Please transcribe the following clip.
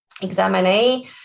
examinee